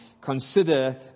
consider